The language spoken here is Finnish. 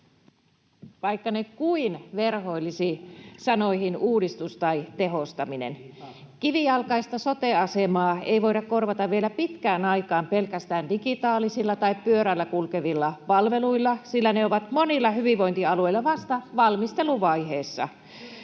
vaikka ne kuinka verhoilisi sanoihin ”uudistus” tai ”tehostaminen”. Kivijalkaista sote-asemaa ei voida korvata vielä pitkään aikaan pelkästään digitaalisilla tai pyörillä kulkevilla palveluilla, sillä ne ovat monilla hyvinvointialueilla vasta valmisteluvaiheessa.